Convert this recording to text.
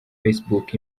facebook